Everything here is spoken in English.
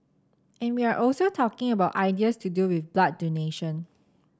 and we are also talking about ideas to do with blood donation